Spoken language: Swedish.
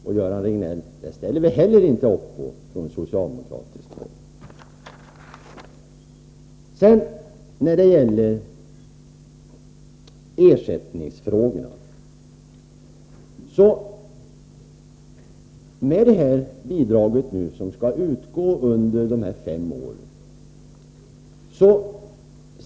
Det, Göran Riegnell, ställer vi heller inte upp för från socialdemokratiskt håll. När det gäller ersättningsfrågorna sätter man med det bidrag som skall utgå under fem år en gräns.